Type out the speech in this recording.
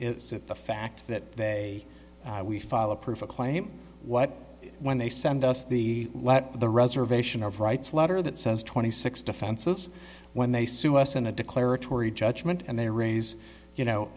is the fact that they we follow proof a claim what when they send us the let the reservation of rights letter that says twenty six defenses when they sue us in a declaratory judgment and they raise you know